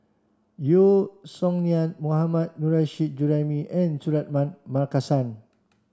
Yeo Song Nian Mohammad Nurrasyid Juraimi and Suratman Markasan